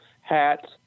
hats